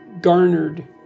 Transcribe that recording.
garnered